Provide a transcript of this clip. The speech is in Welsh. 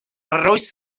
oes